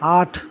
আট